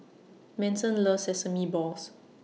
Manson loves Sesame Balls